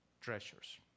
treasures